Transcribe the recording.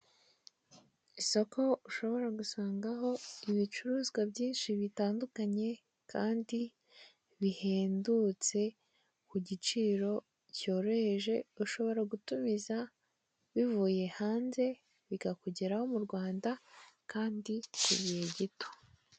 Isoko ushobora gusangaho ibicuruzwa byinshi bitandukanye kandi bihendutse, ku giciro cyoroheje, ushobora gutumiza bivuye hanze, bikakugeraho mu Rwanda, kandi ku gihe gito.